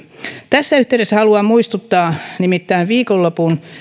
tässä yhteydessä haluan muistuttaa että viikonlopun